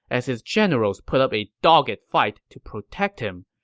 as his generals put up a dogged fight to protect him.